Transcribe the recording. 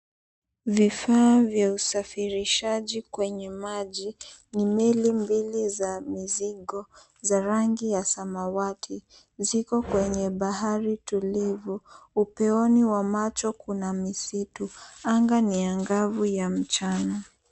Vifaa vya usafirishaji kwenye maji ni meli mbili za mizigo za rangi ya samawati. Ziko kwenye bahari tulivu. Upeoni wa macho kuna misitu. Anga ni ya angavu ya mchana.